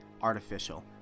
artificial